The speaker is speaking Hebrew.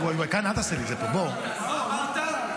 מה אמרת?